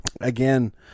again